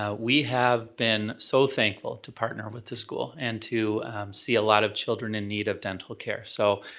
ah we have been so thankful to partner with the school, and to see a lot of children in need of dental care. so,